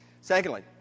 Secondly